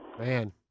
Man